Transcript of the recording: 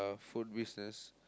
a food business